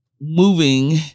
moving